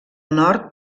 nord